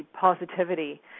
positivity